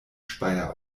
speyer